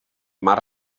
mar